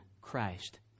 Christ